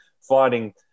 fighting